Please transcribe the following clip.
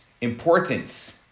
importance